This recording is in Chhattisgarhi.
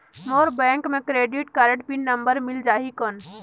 मोर बैंक मे क्रेडिट कारड पिन नंबर मिल जाहि कौन?